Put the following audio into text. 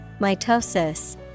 mitosis